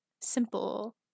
simple